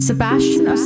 Sebastian